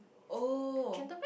oh